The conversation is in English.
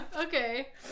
Okay